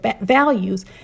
values